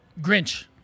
Grinch